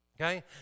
Okay